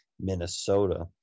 Minnesota